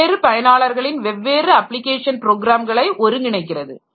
வெவ்வேறு பயனாளர்களின் வெவ்வேறு அப்ளிகேஷன் ப்ரோக்ராம்களை ஒருங்கிணைக்கிறது